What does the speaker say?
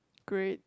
great